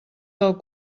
del